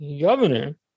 governor